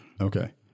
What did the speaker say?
Okay